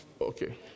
okay